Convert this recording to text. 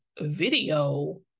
video